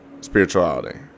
spirituality